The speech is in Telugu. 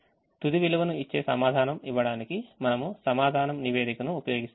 తుది విలువను ఇచ్చే సమాధానం ఇవ్వడానికి మనము సమాధానం నివేదికను ఉపయోగిస్తాము